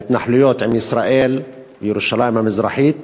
ההתנחלויות עם ישראל, ירושלים המזרחית